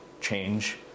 change